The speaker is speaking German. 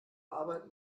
arbeit